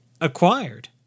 acquired